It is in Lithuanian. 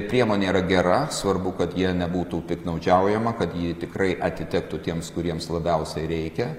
priemonė yra gera svarbu kad ja nebūtų piktnaudžiaujama kad ji tikrai atitektų tiems kuriems labiausiai reikia